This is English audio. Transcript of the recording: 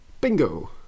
Bingo